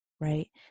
right